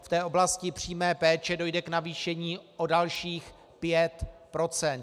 V té oblasti přímé péče dojde k navýšení o dalších 5 %.